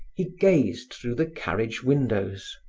he gazed through the carriage windows.